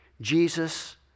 Jesus